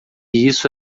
isso